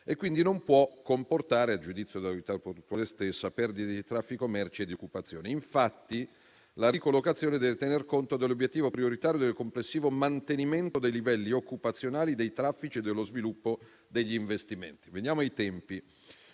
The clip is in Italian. e, quindi, non può comportare - a giudizio dell'Autorità portuale stessa - perdite di traffico merci e di occupazione. Infatti, la ricollocazione deve tener conto dell'obiettivo prioritario del complessivo mantenimento dei livelli occupazionali, dei traffici e dello sviluppo degli investimenti. Veniamo ai tempi.